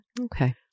Okay